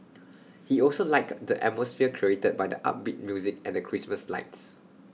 he also liked the atmosphere created by the upbeat music and the Christmas lights